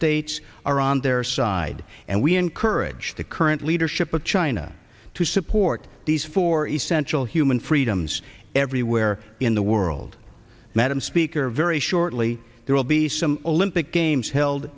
states are on their side and we encourage the current leadership of china to support these four essential human freedoms everywhere in the world madam speaker very shortly there will be some olympic games held